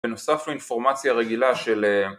ונוסף לו אינפורמציה רגילה של